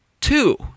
two